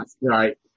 right